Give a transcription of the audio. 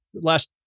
Last